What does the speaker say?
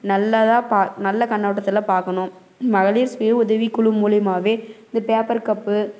நல்லதாக பாத் நல்ல கண்ணோட்டத்தில் பார்க்கணும் மகளிர் சுயஉதவி குழு மூலிமாவே இந்த பேப்பர் கப்பு